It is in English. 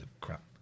crap